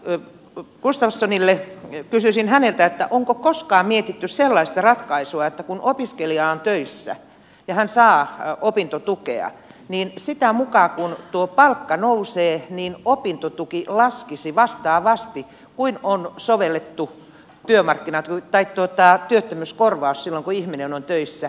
se on vasta stanille pysyisin kysyisin gustafssonilta onko koskaan mietitty sellaista ratkaisua että kun opiskelija on töissä ja hän saa opintotukea niin sitä mukaa kuin tuo palkka nousee opintotuki laskisi vastaavasti kuin on sovellettu työttömyyskorvaus silloin kun ihminen on töissä